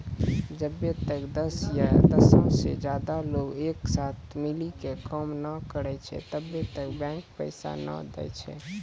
जब्बै तक दस या दसो से ज्यादे लोग एक साथे मिली के काम नै करै छै तब्बै तक बैंक पैसा नै दै छै